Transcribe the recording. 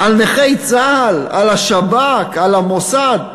על נכי צה"ל, על השב"כ, על המוסד.